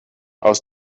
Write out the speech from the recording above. aus